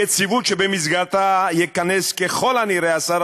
יציבות שבמסגרתה ייכנס ככל הנראה השר